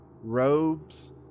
robes